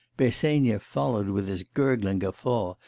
bersenyev followed with his gurgling guffaw,